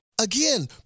again